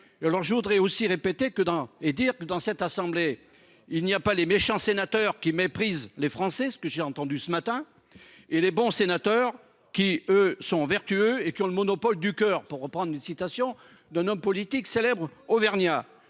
je voudrais aussi répété que dans. Et dire que dans cette assemblée, il n'y a pas les méchants sénateurs qui méprisent les Français ce que j'ai entendu ce matin et les bons sénateurs qui eux sont vertueux et qui ont le monopole du coeur, pour reprendre une citation d'un homme politique célèbre Auvergnat.